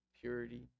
purity